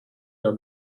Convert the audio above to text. your